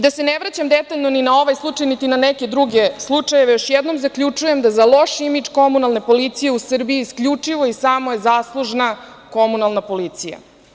Da se ne vraćam detaljno ni na ovaj, ni na neke druge slučajeve, još jednom zaključujem da za loš imidž komunalne policije u Srbiji isključivo i samo je zaslužna komunalna policija.